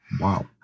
Wow